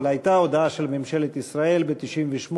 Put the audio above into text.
אבל הייתה הודעה של ממשלת ישראל ב-1998